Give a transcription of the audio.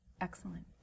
Excellent